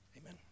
Amen